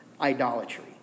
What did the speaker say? idolatry